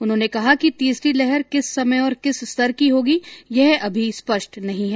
उन्होंने कहा कि तीसरी लहर किस समय और किस स्तर की होगी यह अभी स्पष्ट नहीं है